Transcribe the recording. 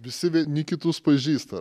visi vieni kitus pažįsta